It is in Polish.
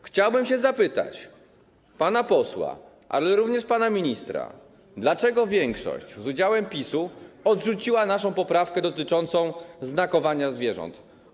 Chciałbym się zapytać pana posła, ale również pana ministra, dlaczego większość z udziałem PiS-u odrzuciła naszą poprawkę dotyczącą znakowania zwierząt.